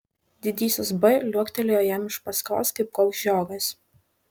didysis b liuoktelėjo jam iš paskos kaip koks žiogas